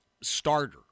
starter